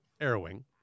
Arrowing